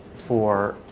for